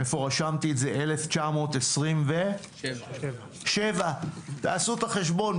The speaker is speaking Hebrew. איפה רשמתי את זה 1927. תעשו את החשבון,